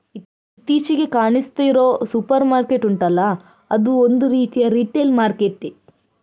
ಇತ್ತೀಚಿಗೆ ಕಾಣಿಸ್ತಿರೋ supermarket ಉಂಟಲ್ಲ ಅದೂ ಒಂದು ರೀತಿಯ ರಿಟೇಲ್ ಮಾರ್ಕೆಟ್ಟೇ